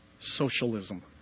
socialism